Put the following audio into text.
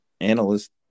analyst